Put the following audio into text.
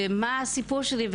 ומה הסיפור שלי,